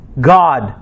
God